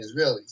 Israelis